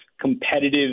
competitive